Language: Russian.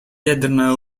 ядерная